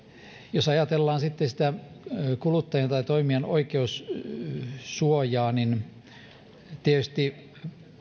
jos ajatellaan sitten sitä kuluttajan tai toimijan oikeussuojaa niin tietysti